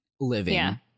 living